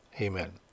Amen